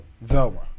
Velma